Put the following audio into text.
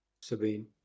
Sabine